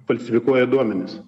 falsifikuoja duomenis